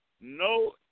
no